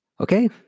Okay